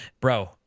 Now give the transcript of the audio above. bro